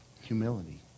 humility